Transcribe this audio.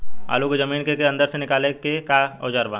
आलू को जमीन के अंदर से निकाले के का औजार बा?